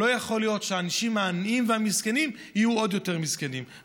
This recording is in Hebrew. לא יכול להיות שהאנשים העניים והמסכנים יהיו עוד יותר מסכנים.